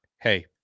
hey